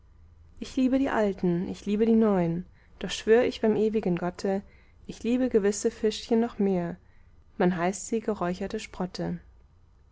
ich liebe die alten ich liebe die neu'n doch schwör ich beim ewigen gotte ich liebe gewisse fischchen noch mehr man heißt sie geräucherte sprotte